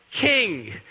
King